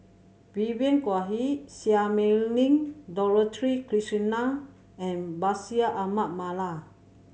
Vivien Quahe Seah Mei Lin Dorothy Krishnan and Bashir Ahmad Mallal